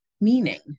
meaning